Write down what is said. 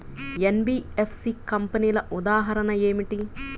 NBFC కంపెనీల ఉదాహరణ ఏమిటి?